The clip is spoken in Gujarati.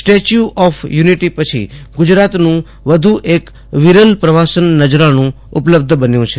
સ્ટેચ્યુ ઓફ યુનિટી પછી ગુજરાતનું વધુ એક વિરલ પ્રવાસન નજરાણું ઉપલબ્ધ બન્યું છે